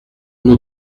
nos